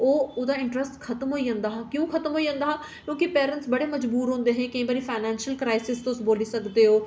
ओह् ओह्दा इंटरैस्ट खत्म होई जंदा हा क्यों खत्म होई जंदा हा क्योंकि केईं बारी पेरैंट्स बड़े मजबूर होंदे हे केईं बारी फाइनेंशियल क्राइसिस तुस बोल्ली सकदे ओ